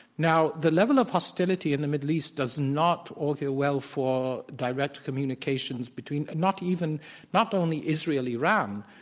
now, the level of hostility in the middle east does not augur well for direct communications between not even not only israel-iran,